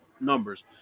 numbers